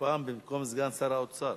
הפעם במקום סגן שר האוצר.